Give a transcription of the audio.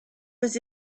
was